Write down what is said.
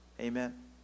amen